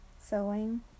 sewing